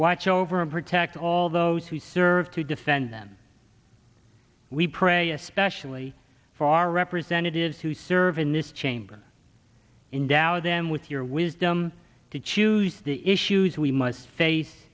watch over and protect all those who serve to defend them we pray especially for our representatives who serve in this chamber in doubt them with your wisdom to choose the issues we must face